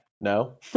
no